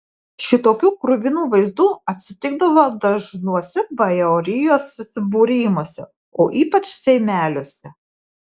šitokių kruvinų vaizdų atsitikdavo dažnuose bajorijos susibūrimuose o ypač seimeliuose